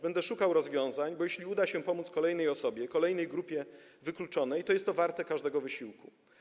Będę szukał rozwiązań, bo jeśli uda się pomóc kolejnej osobie, kolejnej wykluczonej grupie, to jest to warte każdego wysiłku.